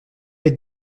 être